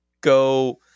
go